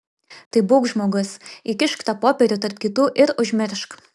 tai būk žmogus įkišk tą popierių tarp kitų ir užmiršk